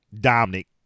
Dominic